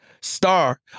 star